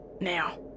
now